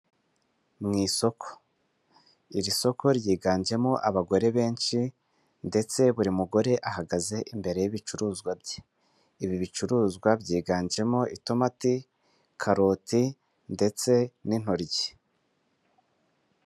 Mu isoko. Iri soko ryiganjemo abagore benshi ndetse buri mugore ahagaze imbere y'ibicuruzwa bye. Ibi bicuruzwa byiganjemo itomati, karoti ndetse n'intoryi.